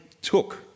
took